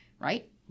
right